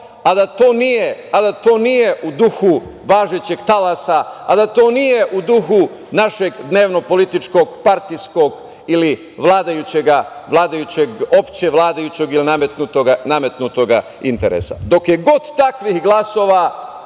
a da to nije u duhu važećeg talasa, a da to nije u duhu našeg dnevnog političkog, partijskog ili vladajućeg, opšte vladajućeg ili nametnutoga interesa. Dok je god takvih glasova,